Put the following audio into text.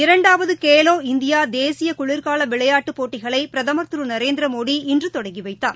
இரண்டாவதுகேலோ இண்டியாதேசியகுளிகாலவிளையாட்டுப் போட்டிகளைபிரதமர் திருநரேந்திரமோடி இன்றுதொடங்கிவைத்தார்